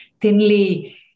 thinly